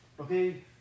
okay